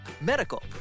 medical